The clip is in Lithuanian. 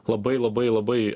labai labai labai